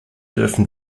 dürfen